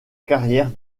carrière